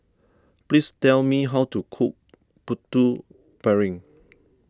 please tell me how to cook Putu Piring